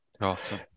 Awesome